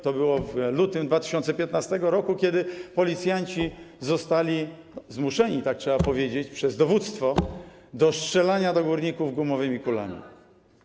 To było w lutym 2015 r., wtedy policjanci zostali zmuszeni, tak trzeba powiedzieć, przez dowództwo do strzelania do górników gumowymi kulami.